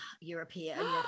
European